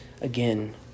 again